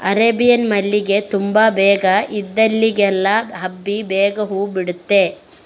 Arabian ಮಲ್ಲಿಗೆ ತುಂಬಾ ಬೇಗ ಇದ್ದಲ್ಲಿಗೆಲ್ಲ ಹಬ್ಬಿ ಬೇಗ ಹೂ ಬಿಡ್ತದೆ